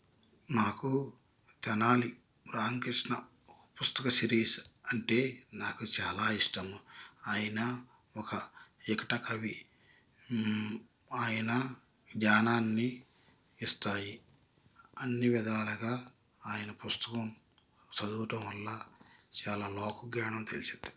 నాకు తెనాలి రామ్కృష్ణ పుస్తక సిరీస్ అంటే నాకు చాలా ఇష్టము ఆయన ఒక వికటకవి ఆయన జ్ఞానాన్ని ఇస్తాయి అన్ని విధాలుగా ఆయన పుస్తకం చదవటం వల్ల చాలా లోకజ్ఞానం తెలుస్తుంది